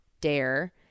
dare